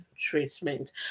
treatment